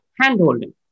hand-holding